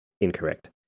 incorrect